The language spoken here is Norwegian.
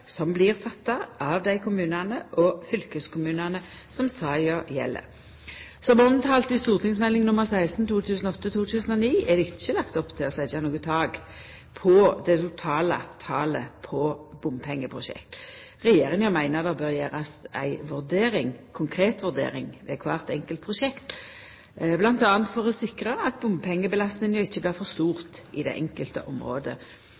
som blir fatta av dei kommunane og fylkeskommunane som saka gjeld. Som omtalt i St.meld. nr. 16 for 2008–2009, er det ikkje lagt opp til å setja noko tak på det totale talet på bompengeprosjekt. Regjeringa meiner at det bør gjerast ei konkret vurdering for kvart enkelt prosjekt, bl.a. for å sikra at bompengebelastinga ikkje blir for stor i det enkelte området.